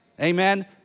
Amen